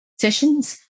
sessions